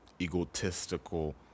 egotistical